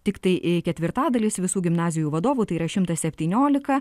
tiktai ketvirtadalis visų gimnazijų vadovų tai yra šimtas septyniolika